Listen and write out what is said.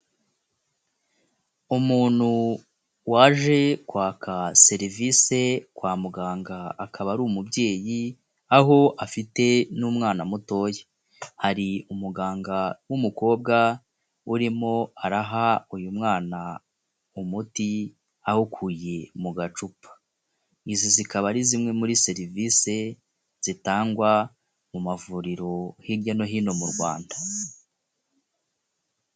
Umuntu waje kwaka serivise kwa muganga akaba ari umubyeyi, aho afite n'umwana mutoya, hari umuganga w'umukobwa urimo araha uyu mwana umuti awukuye mu gacupa, izi zikaba ari zimwe muri serivisi zitangwa mu mavuriro hirya no hino mu Rwanda.